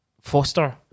Foster